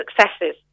successes